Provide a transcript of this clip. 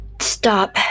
Stop